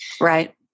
Right